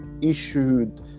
issued